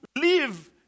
live